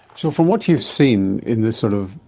so from what you've seen in this sort of.